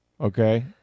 Okay